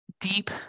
deep